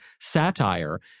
satire